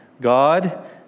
God